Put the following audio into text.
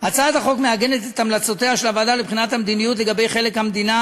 הצעת החוק מעגנת את המלצותיה של הוועדה לבחינת המדיניות לגבי חלק המדינה